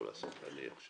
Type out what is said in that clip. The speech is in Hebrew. אני עכשיו